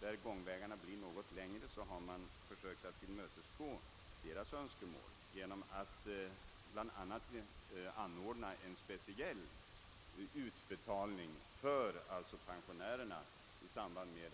när gångvägarna blir något längre, förstår man från postverkets sida mycket väl. Därför har man försökt tillmötesgå önskemål om kortare gångvägar för de gamla genom att bl.a. anordna speciell utbetalning för pensionärerna av folkpensionen.